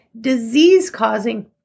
disease-causing